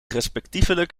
respectievelijk